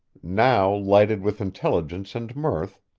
now lighted with intelligence and mirth,